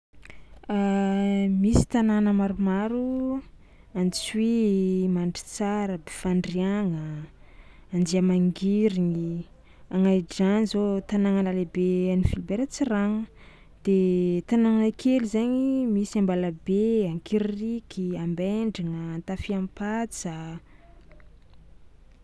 Misy tanàna maromaro: Antsohihy, Mandritsara, Befandriagna, Anjiamangirigny, Agnahidrano zao tanàgna naha-lehibe an'i Philibert Tsiranana de tanàna kely zainy misy Ambalabe, Ankiririky, Ambendrigna, Antafiampatsa.